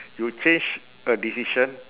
you change a decision